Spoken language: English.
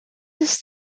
this